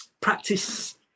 practice